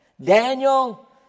Daniel